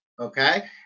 Okay